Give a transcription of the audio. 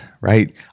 right